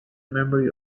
memory